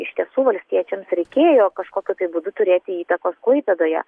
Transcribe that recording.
iš tiesų valstiečiams reikėjo kažkokiu tai būdu turėti įtakos klaipėdoje